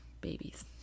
Babies